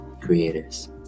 creators